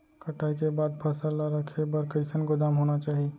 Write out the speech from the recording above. कटाई के बाद फसल ला रखे बर कईसन गोदाम होना चाही?